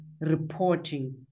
reporting